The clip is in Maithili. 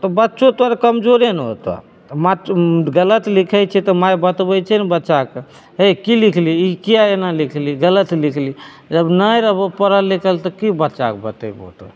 तऽ बच्चो तोहर कमजोरे ने होतो मा तऽ ओ गलत लिखैत छै तऽ माइ बतबै छै ने बच्चाके हइ की लिखली ई किए एना लिखली गलत लिखली जब नहि रहबो पढ़ल लिखल तब की बच्चाके बतैबहो तब